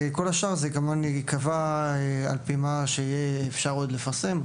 כל השאר ייקבע על פי מה שיהיה אפשר לפרסם,